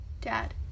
dad